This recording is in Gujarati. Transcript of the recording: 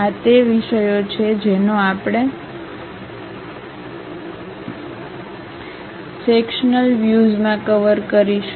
આ તે વિષયો છે જેનો આપણે સેક્શન્લ વ્યુઝમાં કવર કરીશું